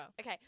Okay